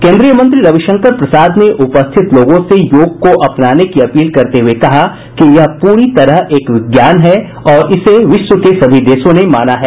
केंद्रीय मंत्री रविशंकर प्रसाद ने उपस्थित लोगों से योग को अपनाने की अपील करते हुये कहा कि यह पूरी तरह एक विज्ञान है और इसे विश्व के सभी देशों ने माना है